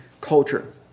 culture